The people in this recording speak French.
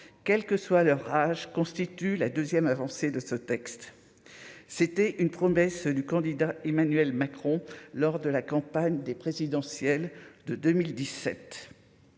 quelle que soit leur âge constitue la 2ème avancée de ce texte, c'était une promesse du candidat Emmanuel Macron lors de la campagne des présidentielles de 2017,